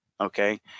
Okay